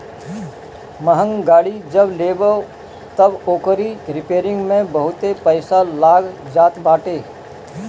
महंग गाड़ी जब लेबअ तअ ओकरी रिपेरिंग में बहुते पईसा लाग जात बाटे